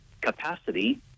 capacity